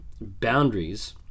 boundaries